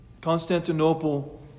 Constantinople